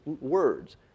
words